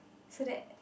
so that